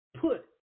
put